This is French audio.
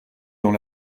dans